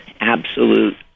absolute